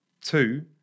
Two